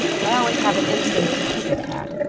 i always have an instinct to kick a cat,